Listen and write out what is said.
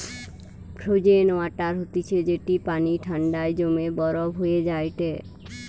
frozen water হতিছে যেটি পানি ঠান্ডায় জমে বরফ হয়ে যায়টে